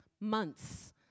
months